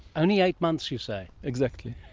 only eight months, you say. exactly.